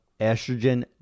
estrogen